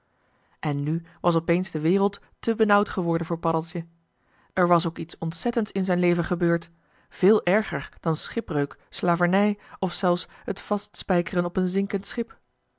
en nu was opeens de wereld te benauwd geworden voor paddeltje er was ook iets ontzettends in z'n leven gebeurd véél erger dan schipbreuk slavernij of zelfs het vastspijkeren op een zinkend schip